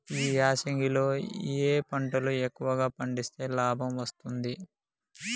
ఈ యాసంగి లో ఏ పంటలు ఎక్కువగా పండిస్తే లాభం వస్తుంది?